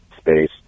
space